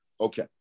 Okay